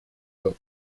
wird